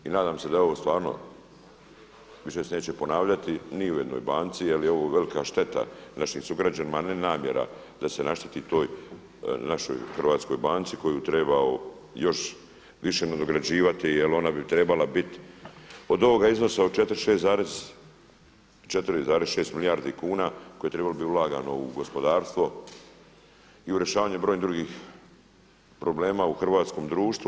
I nadam se da je ovo stvarno više se neće ponavljati ni u jednoj banci jer je ovo velika šteta našim sugrađanima, a ne namjera da se našteti toj našoj hrvatskoj banci koju treba još više nadograđivati jer ona bi t4rebala bit od ovoga iznosa 4,6 milijardi kuna koje je trebalo bit ulagano u gospodarstvo i u rješavanje brojnih drugih problema u hrvatskom društvu.